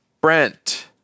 Brent